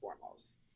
foremost